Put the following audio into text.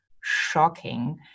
shocking